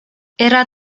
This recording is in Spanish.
era